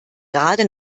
gerade